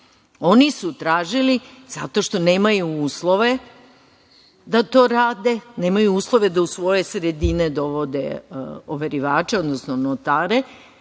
Oni su tražili, zato što nemaju uslove da to rade, nemaju uslove da u svoje sredine dovode overivače, odnosno notare. Ja